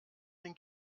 den